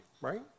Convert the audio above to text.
right